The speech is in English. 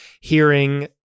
hearing